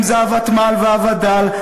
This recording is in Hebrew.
אם זה הוותמ"ל והווד"ל,